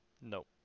No